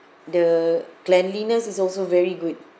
the cleanliness is also very good